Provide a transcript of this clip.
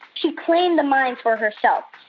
she claimed the mines for herself.